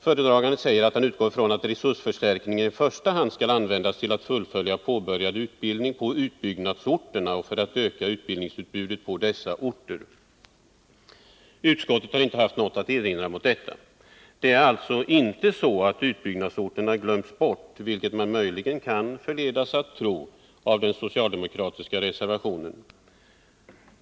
Föredraganden säger att han utgår fi ån att resursförstärkningen i första hand skall användas till att fullfölja påbörjad utbildning på utbyggnadsorterna och för att öka utbildningsutbudet på dessa orter. Utskottet har inte något att erinra mot detta. Det är alltså inte så att utbyggnadsorterna glöms bort, vilket man möjligen kan förledas att tro när man läser den socialdemokratiska reservationen.